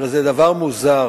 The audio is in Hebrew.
הרי זה דבר מוזר